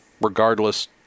regardless